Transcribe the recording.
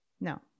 No